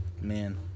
Man